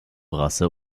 rasse